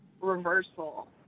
reversal